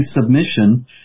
submission